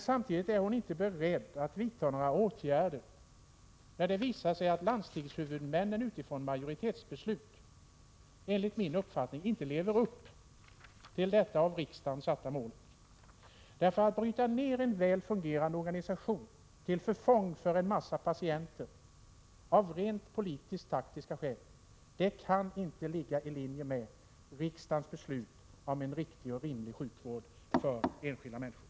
Samtidigt är hon inte beredd att vidta åtgärder när det visar sig att landstingshuvudmännen utifrån majoritetsbeslut inte lever upp till detta av riksdagen satta mål. Att av rent politiskt taktiska skäl bryta ned en väl fungerande organisation till förfång för en massa patienter kan inte ligga i linje med riksdagens beslut om en riktig och rimlig sjukvård för enskilda människor.